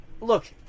look